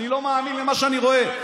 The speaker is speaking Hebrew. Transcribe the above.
אני לא מאמין למה שאני רואה.